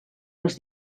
les